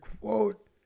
quote